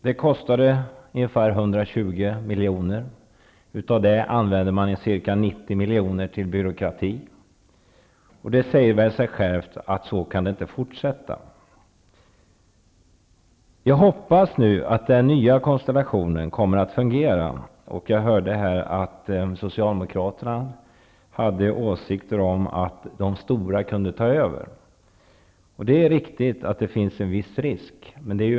Det kostade ungefär 120 miljoner, och av det användes ca 90 miljoner till byråkrati. Det säger sig självt att det inte kan fortsätta så. Jag hoppas nu att den nya konstellationen kommer att fungera. Jag hörde här att socialdemokraterna hade åsikten att de stora kan komma att ta över. Det är riktigt att det finns en viss risk för det.